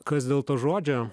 kas dėl to žodžio